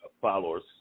followers